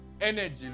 Energy